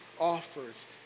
Offers